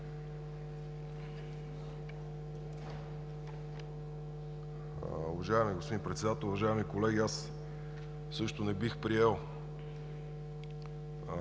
Уважаеми господин Председател, уважаеми колеги! Аз също не бих приел